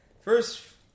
First